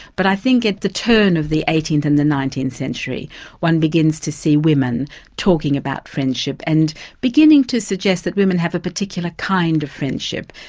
but i think at the turn of the eighteenth and the nineteenth century one begins to see women talking about friendship and beginning to suggest that women have a particular kind of friendship.